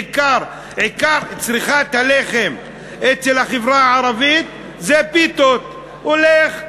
עיקר צריכת הלחם אצל החברה הערבית זה פיתות: הולך,